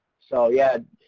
so, yeah,